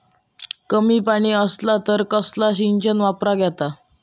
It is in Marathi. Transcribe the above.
कमी पाणी असला तर कसला सिंचन वापराक होया?